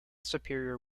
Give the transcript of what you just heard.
superior